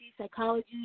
psychology